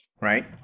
Right